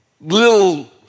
little